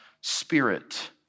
spirit